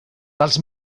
tals